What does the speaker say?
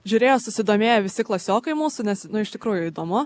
žiūrėjo susidomėję visi klasiokai mūsų nes nu iš tikrųjų įdomu